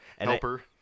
Helper